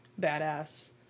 badass